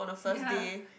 ya